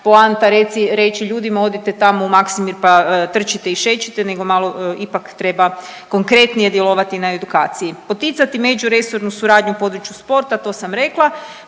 poanta reci, reći ljudima odite tamo u Maksimir pa trčite i šećite nego malo ipak treba konkretnije djelovati na edukaciji. Poticati međuresornu suradnju u području sporta to sam rekla.